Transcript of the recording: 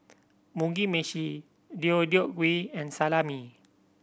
Mugi Meshi Deodeok Gui and Salami